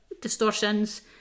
distortions